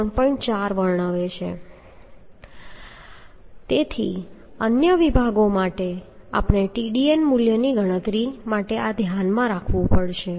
4 વર્ણવે તે છે તેથી અન્ય વિભાગો માટે આપણે Tdn મૂલ્યની ગણતરી માટે ધ્યાનમાં રાખવું પડશે